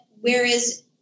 whereas